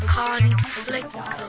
conflict